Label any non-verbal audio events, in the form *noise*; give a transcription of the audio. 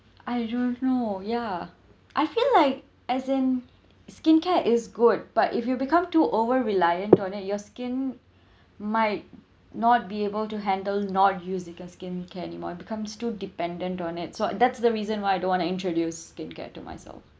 I don't know ya I feel like as in skincare is good but if you become too over reliant on it your skin *breath* might not be able to handle not using skin care anymore it becomes too dependent on it so that's the reason why I don't want to introduce skincare to myself